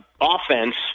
offense